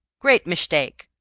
great mishtake.